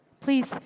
Please